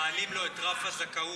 מעלים לו את רף הזכאות